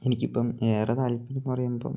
എനിക്ക് ഇപ്പം ഏറെ താല്പര്യം എന്ന് പറയുമ്പം